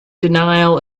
denial